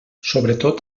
sobretot